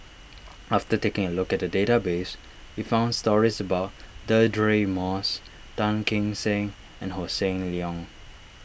after taking a look at the database we found stories about Deirdre Moss Tan Kim Seng and Hossan Leong